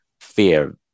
fear